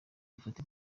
gufata